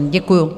Děkuju.